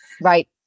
Right